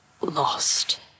lost